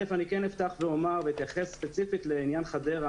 אני כן אפתח ואומר - ואתייחס ספציפית לעניין חדרה